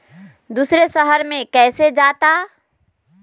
दूसरे शहर मे कैसे जाता?